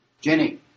Jenny